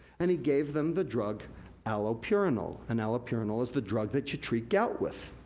and he gave them the drug allopurinol. and allopurinol is the drug that you treat gout with,